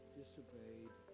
disobeyed